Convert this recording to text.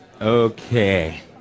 Okay